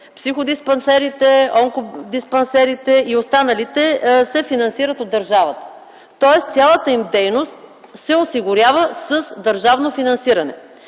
психодиспансерите, онкодиспансерите и останалите, се финансират от държавата. Тоест цялата им дейност се осигурява с държавно финансиране.